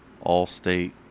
all-state